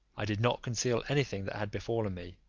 i did not conceal anything that had befallen me,